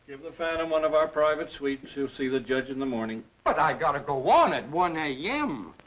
give the phantom one of our private suites. he'll see the judge in the morning. but i gotta go on at one a yeah m.